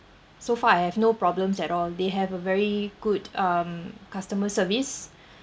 so far I have no problems at all they have a very good um customer service